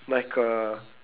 like a